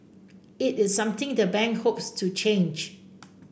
it is something the bank hopes to change